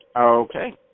Okay